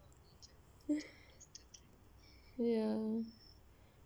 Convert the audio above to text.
ya